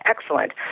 excellent